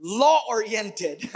law-oriented